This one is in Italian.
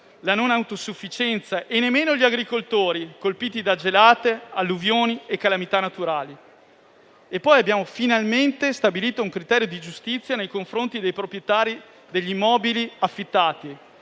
la non autosufficienza e nemmeno gli agricoltori, colpiti da gelate, alluvioni e calamità naturali. Abbiamo finalmente stabilito un criterio di giustizia nei confronti dei proprietari degli immobili affittati.